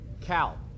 Cal